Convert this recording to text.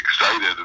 excited